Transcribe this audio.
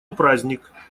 праздник